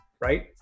right